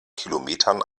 kilometern